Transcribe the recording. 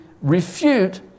refute